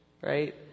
right